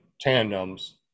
tandems